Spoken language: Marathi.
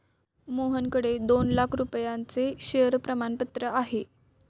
मोहनकडे दोन लाख रुपयांचे शेअर प्रमाणपत्र आहे